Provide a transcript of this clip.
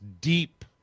deep